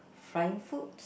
fried foods